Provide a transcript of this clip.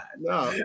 no